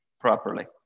properly